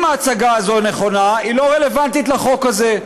אם ההצגה הזו נכונה, היא לא רלוונטית לחוק הזה,